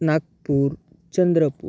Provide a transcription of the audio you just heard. Nagpur चंद्रपू